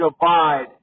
divide